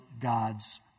God's